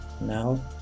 Now